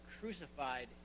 crucified